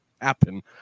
happen